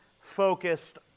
focused